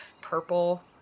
purple